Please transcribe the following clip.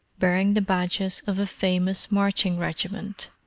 bearing the badges of a famous marching regiment.